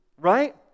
right